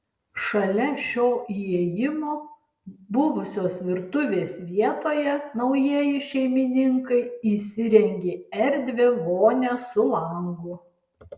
šalia šio įėjimo buvusios virtuvės vietoje naujieji šeimininkai įsirengė erdvią vonią su langu